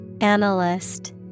Analyst